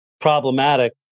problematic